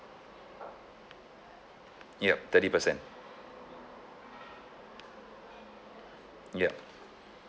yup thirty percent yup